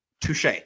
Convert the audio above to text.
touche